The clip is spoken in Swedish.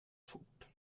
fort